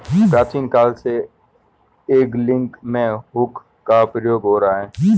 प्राचीन काल से एंगलिंग में हुक का प्रयोग हो रहा है